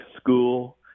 school